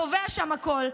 הקובע שם הכול,